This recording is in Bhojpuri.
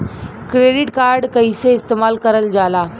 क्रेडिट कार्ड कईसे इस्तेमाल करल जाला?